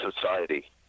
society